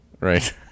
Right